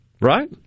right